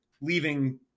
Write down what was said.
leaving